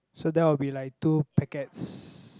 so that will be like two packets